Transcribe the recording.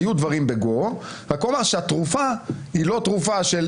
הדבר הזה פשוט לא ראוי ולא מתקבל.